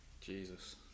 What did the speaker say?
Jesus